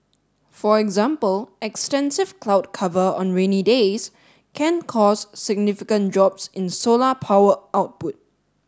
for example extensive cloud cover on rainy days can cause significant drops in solar power output